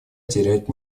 терять